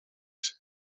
się